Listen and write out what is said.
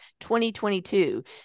2022